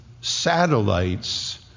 satellites